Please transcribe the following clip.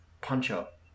punch-up